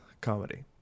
comedy